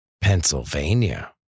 Pennsylvania